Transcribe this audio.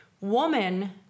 woman